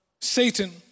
Satan